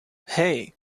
hey